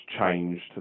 changed